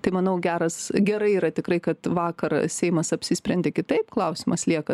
tai manau geras gerai yra tikrai kad vakar seimas apsisprendė kitaip klausimas lieka